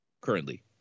currently